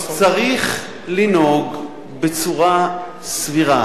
צריך לנהוג בצורה סבירה.